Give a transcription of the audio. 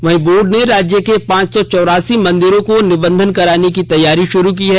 वहीं बोर्ड ने राज्य के पांच सौ चौरासी मंदिरों को निबंधन कराने की तैयारी शुरू की है